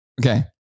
Okay